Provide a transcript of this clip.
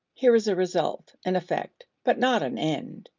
here is a result, an effect, but not an end.